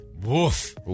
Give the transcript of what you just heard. Woof